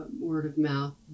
word-of-mouth